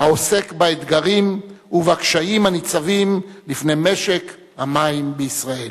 דיון מיוחד העוסק באתגרים ובקשיים הניצבים בפני משק המים בישראל.